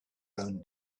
own